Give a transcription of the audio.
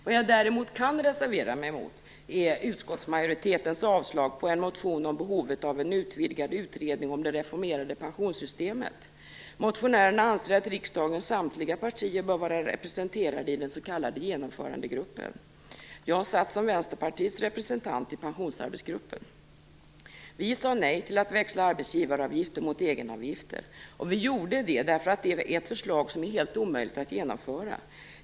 Vad jag däremot kan reservera mig mot är utskottsmajoritetens avslag på en motion om behovet av en utvidgad utredning om det reformerade pensionssystemet. Motionärerna anser att riksdagens samtliga partier bör vara representerade i den s.k. genomförandegruppen. Jag satt som Vänsterpartiets representant i pensionsarbetsgruppen. Vi sa nej till att växla arbetsgivaravgifter mot egenavgifter. Vi gjorde det därför att det är ett förslag som är helt omöjligt att genomföra.